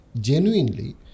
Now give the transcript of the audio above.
genuinely